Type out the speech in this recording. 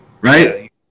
right